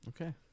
Okay